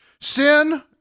Sin